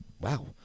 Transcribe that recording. Wow